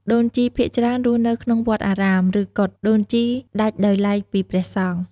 ដូនជីភាគច្រើនរស់នៅក្នុងវត្តអារាម ឬកុដិដូនជីដាច់ដោយឡែកពីព្រះសង្ឃ។